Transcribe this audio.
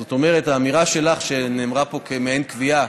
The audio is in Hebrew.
זאת אומרת, האמירה שלך, שנאמרה פה כמעין קביעה,